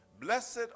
Blessed